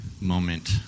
moment